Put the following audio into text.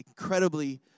incredibly